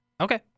Okay